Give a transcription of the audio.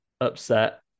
upset